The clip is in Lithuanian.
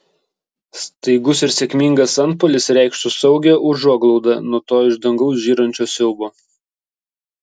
staigus ir sėkmingas antpuolis reikštų saugią užuoglaudą nuo to iš dangaus žyrančio siaubo